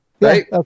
Right